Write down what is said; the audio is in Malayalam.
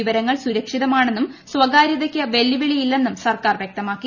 വിവരങ്ങൾ സുരക്ഷിതമാണെന്നും സ്വകാര്യതയ്ക്ക് വെല്ലുവിളിയല്ലെന്നും സർക്കാർ വൃക്തമാക്കി